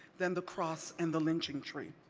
than the cross and the lynching tree.